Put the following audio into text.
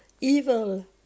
evil